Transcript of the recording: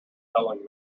telling